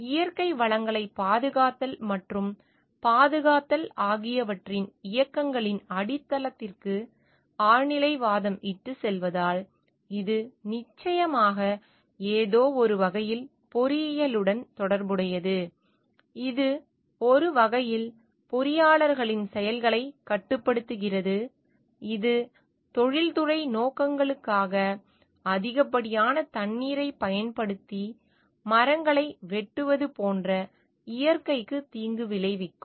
இயற்கை வளங்களைப் பாதுகாத்தல் மற்றும் பாதுகாத்தல் ஆகியவற்றின் இயக்கங்களின் அடித்தளத்திற்கு ஆழ்நிலைவாதம் இட்டுச் செல்வதால் இது நிச்சயமாக ஏதோ ஒரு வகையில் பொறியியலுடன் தொடர்புடையது இது ஒரு வகையில் பொறியாளர்களின் செயல்களைக் கட்டுப்படுத்துகிறது இது தொழில்துறை நோக்கங்களுக்காக அதிகப்படியான தண்ணீரைப் பயன்படுத்தி மரங்களை வெட்டுவது போன்ற இயற்கைக்கு தீங்கு விளைவிக்கும்